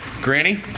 Granny